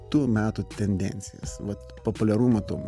tų metų tendencijas vat populiarumo to